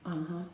(uh huh)